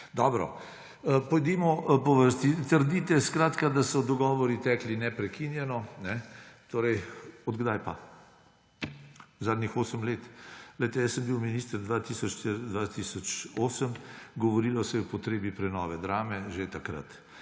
Dobro, pojdimo po vrsti. Trdite, skratka, da so dogovori tekli neprekinjeno. Od kdaj pa? Zadnjih 8 let? Glejte, bil sem minister 2004–2008. Govorilo se je o potrebi prenove Drame že takrat.